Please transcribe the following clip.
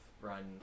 run